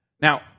Now